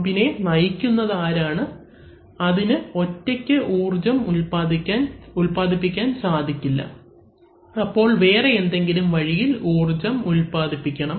പമ്പിനെ നയിക്കുന്നത് ആരാണ് അതിന് ഒറ്റയ്ക്ക് ഊർജം ഉൽപാദിപ്പിക്കാൻ സാധിക്കില്ല അപ്പോൾ വേറെ എന്തെങ്കിലും വഴിയിൽ ഊർജ്ജം ഉത്പാദിപ്പിക്കണം